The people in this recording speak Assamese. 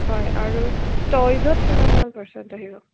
হয় আৰু টইজত কিমানমান পাৰ্চেণ্ট আহিব